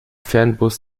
fernbus